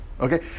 Okay